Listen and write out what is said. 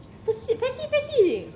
faci faci